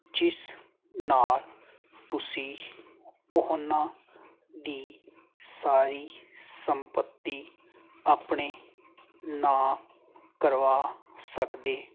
ਜਿਸ ਨਾਲ ਤੁਸੀਂ ਉਹਨਾਂ ਦੀ ਸਾਰੀ ਸੰਪੱਤੀ ਆਪਣੇ ਨਾਂ ਕਰਵਾ ਸਕਦੇ